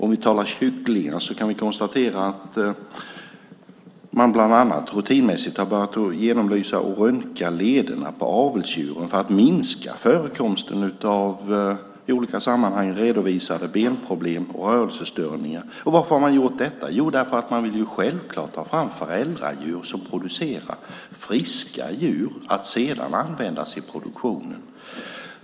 Om vi talar kycklingar kan vi konstatera att man bland annat har börjat genomlysa och röntga lederna på avelsdjuren rutinmässigt för att minska förekomsten av i olika sammanhang redovisade benproblem och rörelsestörningar. Varför har man gjort detta? Jo, därför att man självklart vill ha fram föräldradjur som producerar friska djur som sedan ska användas i produktionen.